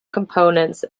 components